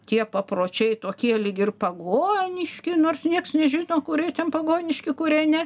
tie papročiai tokie lyg ir pagoniški nors nieks nežino kurie ten pagoniški kurie ne